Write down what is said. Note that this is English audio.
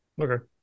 Okay